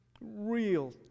real